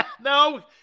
No